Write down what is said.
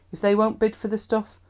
if they won't bid for the stuff,